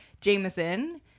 jameson